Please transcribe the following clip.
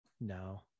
no